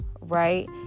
right